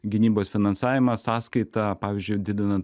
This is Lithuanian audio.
gynybos finansavimą sąskaita pavyzdžiui didinant